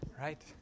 right